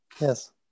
Yes